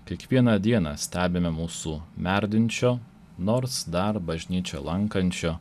kiekvieną dieną stebime mūsų merdinčio nors dar bažnyčią lankančio